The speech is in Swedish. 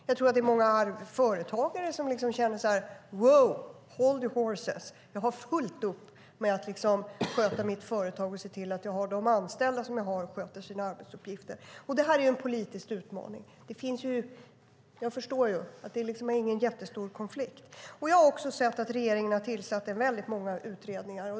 Jag tror att det är många företagare som känner att hold your horses, jag har fullt upp med att sköta mitt företag och se till att mina anställda sköter sina arbetsuppgifter. Det här är en politisk utmaning. Jag förstår att det inte är någon jättestor konflikt. Jag har också sett att regeringen har tillsatt väldigt många utredningar.